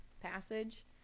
passage